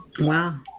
Wow